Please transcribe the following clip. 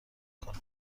کنم